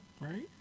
right